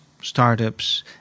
startups